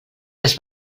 les